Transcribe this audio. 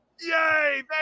Yay